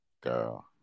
girl